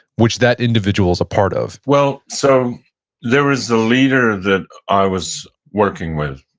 which that individual's a part of? well, so there was a leader that i was working with,